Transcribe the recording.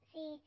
See